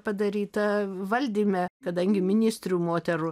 padaryta valdyme kadangi ministrių moterų